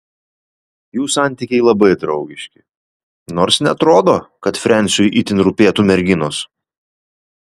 jų santykiai labai draugiški nors neatrodo kad frensiui itin rūpėtų merginos